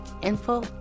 info